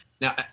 Now